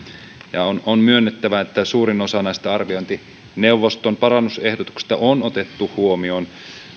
on on myönnettävä että suurin osa näistä arviointineuvoston parannusehdotuksista on otettu huomioon